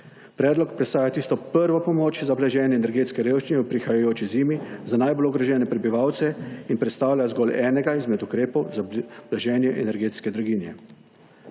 Predlog predstavlja tisto prvo pomoč za blaženje energetske revščine v prihajajoči zimi, za najbolj ogrožene prebivalce in predstavlja zgolj enega izmed ukrepov za blaženje energetske blaginje.